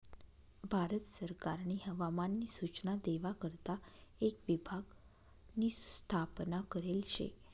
भारत सरकारनी हवामान नी सूचना देवा करता एक विभाग नी स्थापना करेल शे